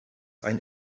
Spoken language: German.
ein